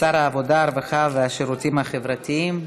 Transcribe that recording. שר העבודה, הרווחה והשירותים החברתיים.